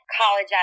college